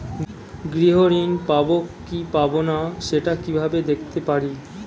গৃহ ঋণ পাবো কি পাবো না সেটা কিভাবে দেখতে পারি?